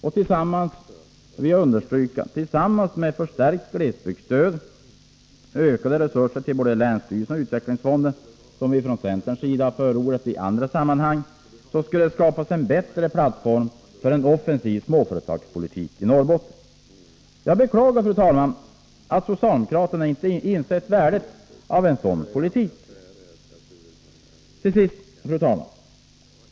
Och tillsammans med förstärkt glesbygdsstöd, ökade resurser till både länsstyrelsen och utvecklingsfonden, som vi från centerns sida har förordat i annat sammanhang, skulle det skapas en plattform för en offensiv småföretagspolitik i Norrbotten. Jag beklagar att socialdemokraterna inte har insett värdet av en sådan politik.